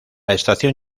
estación